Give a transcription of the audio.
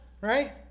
right